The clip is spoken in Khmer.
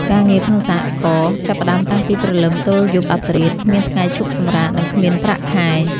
ការងារក្នុងសហករណ៍ចាប់ផ្តើមតាំងពីព្រលឹមទល់យប់អាធ្រាត្រ គ្មានថ្ងៃឈប់សម្រាក និងគ្មានប្រាក់ខែ។